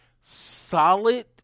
Solid